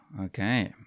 Okay